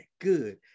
good